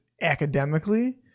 academically